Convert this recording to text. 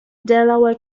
delaware